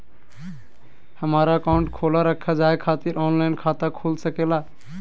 हमारा अकाउंट खोला रखा जाए खातिर ऑनलाइन खाता खुल सके ला?